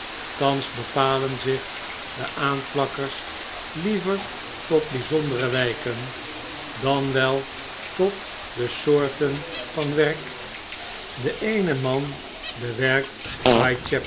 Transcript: thans bepalen zich de aanplakkers liever tot bgzondere wpen dan wel tot de soorten van werk de eene man bewerkt whitechapel